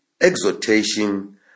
exhortation